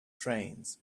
trains